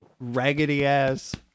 raggedy-ass